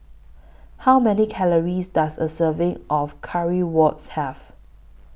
How Many Calories Does A Serving of Currywurst Have